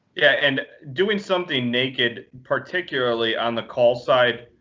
yeah, and doing something naked, particularly on the call side,